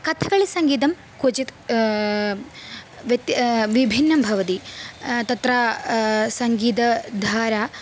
कथकळिसङ्गीतं क्वचित् व्यत्यासः विभिन्नं भवति तत्र सङ्गीतधारा